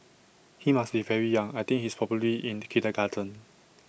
he must be very young I think he's probably in kindergarten